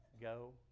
Go